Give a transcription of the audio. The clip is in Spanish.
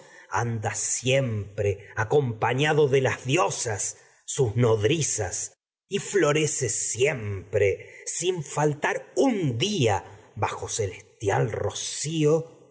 anda siempre acompañado de sus diosas bajo nodrizas y florece siempre sin faltar el narciso de hermosos y un día mos celestial rocío